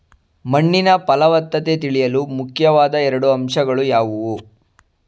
ಮಣ್ಣಿನ ಫಲವತ್ತತೆ ತಿಳಿಯಲು ಮುಖ್ಯವಾದ ಎರಡು ಅಂಶಗಳು ಯಾವುವು?